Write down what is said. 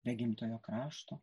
be gimtojo krašto